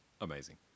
Amazing